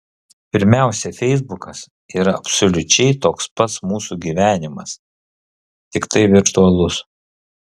pirmiausia feisbukas yra absoliučiai toks pats mūsų gyvenimas tiktai virtualus